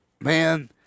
man